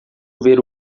ver